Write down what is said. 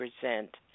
present